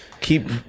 keep